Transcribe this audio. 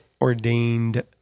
ordained